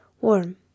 Warm